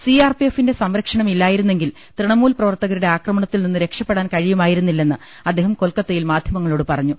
സിആർപിഎഫിന്റെ സംരക്ഷണം ഇല്ലായിരുന്നെങ്കിൽ തൃണമൂൽ പ്രവർത്തകരുടെ ആക്രമണത്തിൽ നിന്ന് രക്ഷപ്പെടാൻ കഴിയുമാ യിരുന്നില്ലെന്ന് അദ്ദേഹം കൊൽക്കത്തയിൽ മാധ്യമങ്ങളോട് പറ ഞ്ഞു